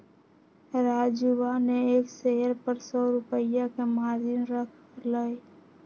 राजूवा ने एक शेयर पर सौ रुपया के मार्जिन रख लय